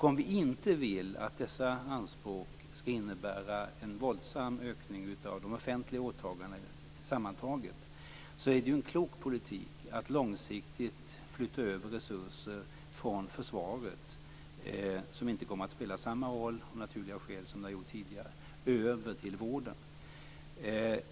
Om vi inte vill att dessa anspråk skall innebära en våldsam ökning av de samlade offentliga åtagandena, är det en klok politik att långsiktigt flytta över resurser från försvaret, som av naturliga skäl inte kommer att spela samma roll som det har gjort tidigare, till vården.